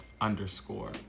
underscore